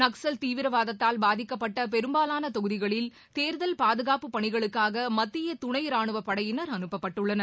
நக்ஸல் தீவிரவாதத்தால் பாதிக்கப்பட்ட பெரும்பாவான தொகுதிகளில் தேர்தல் பாதுகாப்புப் பணிகளுக்காக மத்திய துணை ராணுவப் படையினர் அனுப்பப்பட்டுள்ளனர்